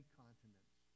continents